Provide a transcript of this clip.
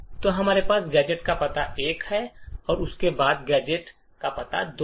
तो हमारे पास गैजेट का पता 1 है और उसके बाद गैजेट का पता 2 है